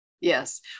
Yes